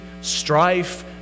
strife